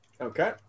Okay